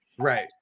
Right